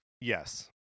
Yes